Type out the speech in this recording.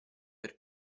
per